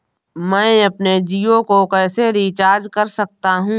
मैं अपने जियो को कैसे रिचार्ज कर सकता हूँ?